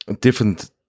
different